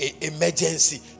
emergency